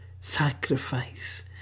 sacrifice